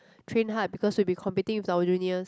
train hard because we will be competing with our juniors